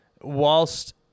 whilst